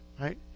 Right